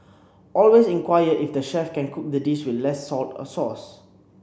always inquire if the chef can cook the dish with less salt or sauce